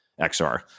XR